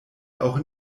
auch